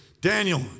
Daniel